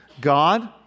God